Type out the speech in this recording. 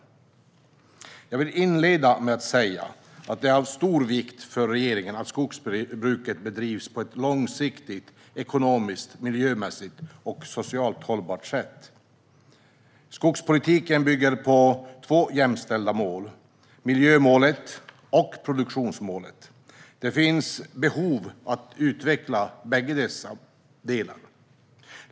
Jag vill inleda med att säga att det är av stor vikt för regeringen att skogsbruket bedrivs på ett långsiktigt ekonomiskt, miljömässigt och socialt hållbart sätt. Skogspolitiken bygger på två jämställda mål: miljömålet och produk-tionsmålet. Det finns behov av att utveckla bägge dessa delar.